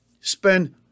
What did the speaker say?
spend